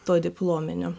to diplominio